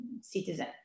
citizen